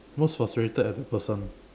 most frustrated at a person